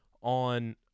on